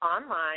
online